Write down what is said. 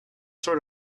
sort